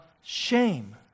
shame